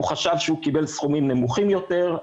הוא חשב שהוא קיבל סכומים נמוכים יותר,